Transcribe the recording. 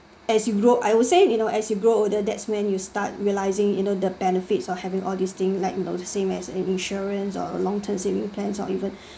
as you grow I would say you know as you grow older that's when you start realising you know the benefits of having all these thing like you know the same as an insurance or a long term saving plans or even